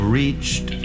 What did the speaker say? reached